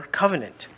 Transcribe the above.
covenant